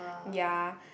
ya